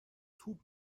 توپ